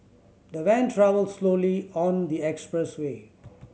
the van travelled slowly on the expressway